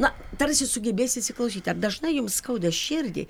na tarsi sugebės įsiklausyt ar dažnai jums skauda širdį